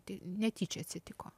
tai netyčia atsitiko